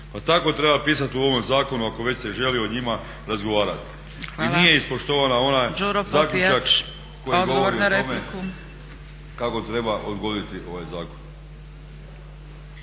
tako treba pisati u ovom zakonu ako već se želi o njima razgovarati. …/Upadica Zgrebec: Hvala./… I nije ispoštovana ona, zaključak koji govori o tome kako treba odgoditi ovaj zakon.